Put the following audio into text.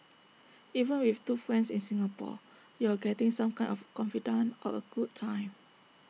even with two friends in Singapore you're getting some kind of confidante or A good time